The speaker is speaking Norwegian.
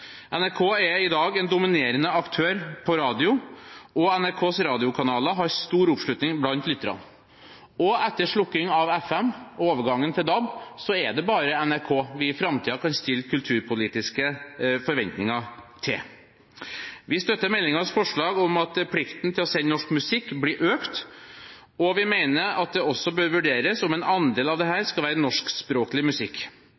NRK er i dag en dominerende aktør på radio, og NRKs radiokanaler har stor oppslutning blant lytterne. Etter slukkingen av FM og overgangen til DAB er det bare NRK vi i framtiden kan stille kulturpolitiske forventninger til. Vi støtter meldingens forslag om at plikten til å sende norsk musikk blir økt, og vi mener at det også bør vurderes om en andel av dette skal være norskspråklig musikk.